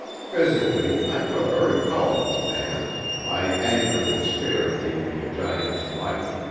physically i am a very powerful man my anger and despair gave me a giant's might.